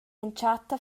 entschatta